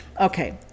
Okay